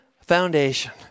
foundation